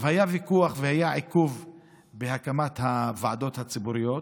היה ויכוח והיה עיכוב בהקמת הוועדות הציבוריות.